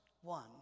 one